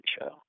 Show